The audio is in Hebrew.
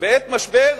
בעת משבר